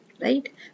right